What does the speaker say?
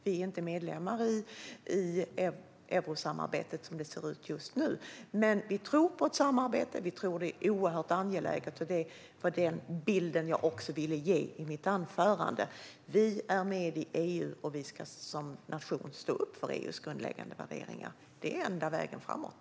Vi är inte medlemmar i eurosamarbetet som det ser ut just nu, men vi moderater tror på ett samarbete. Vi tror att det är oerhört angeläget. Det var också den bilden jag ville ge i mitt anförande: Vi är med i EU, och vi ska som nation stå upp för EU:s grundläggande värderingar. Det är enda vägen framåt.